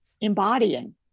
embodying